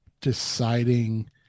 deciding